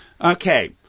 Okay